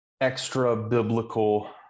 extra-biblical